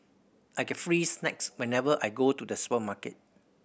I get free snacks whenever I go to the supermarket